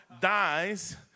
dies